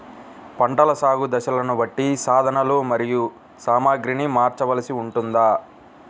పంటల సాగు దశలను బట్టి సాధనలు మరియు సామాగ్రిని మార్చవలసి ఉంటుందా?